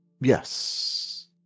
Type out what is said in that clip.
Yes